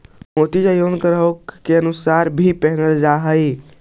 मोती ज्योतिषीय ग्रहों के अनुसार भी पहिनल जा हई